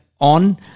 on